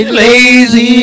lazy